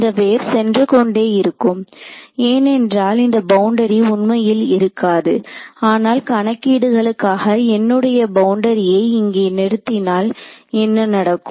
இந்த வேவ் சென்றுகொண்டே இருக்கும் ஏனென்றால் இந்த பவுண்டரி உண்மையில் இருக்காது ஆனால் கணக்கீடுகளுக்காக என்னுடைய பவுண்டரியை இங்கே நிறுத்தினால் என்ன நடக்கும்